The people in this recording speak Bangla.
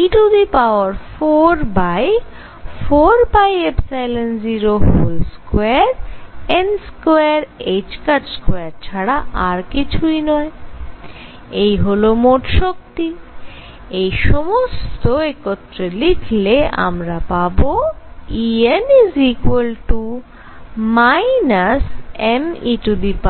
e44π02n22 ছাড়া আর কিছুই নয় এই হল মোট শক্তি এই সমস্ত একত্রে লিখলে আমরা পাবো En me44π02n22